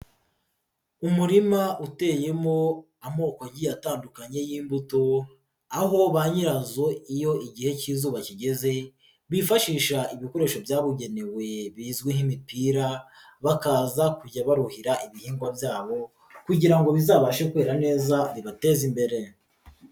Umurima uteyemo amoko agiye atandukanye y'imbuto aho ba nyirazo iyo igihe cy'izuba kigeze, bifashisha ibikoresho byabugenewe bizwi nk'imipira bakaza kujya baruhira ibihingwa byabo kugira ngo bizabashe kwe neza bibateze imbere.